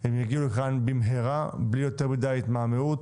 יגיעו לכאן במהרה בלי יותר מדי התמהמהות.